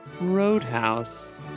roadhouse